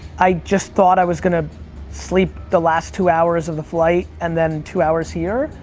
i just thought i was gonna sleep the last two hours of the flight, and then two hours here,